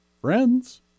friends